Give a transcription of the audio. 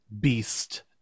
Beast